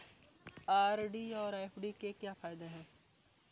RD और FD के क्या फायदे हैं?